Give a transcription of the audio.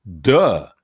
duh